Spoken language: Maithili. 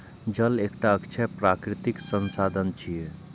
जल एकटा अक्षय प्राकृतिक संसाधन छियै